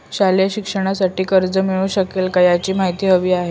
शालेय शिक्षणासाठी कर्ज मिळू शकेल काय? याची माहिती हवी आहे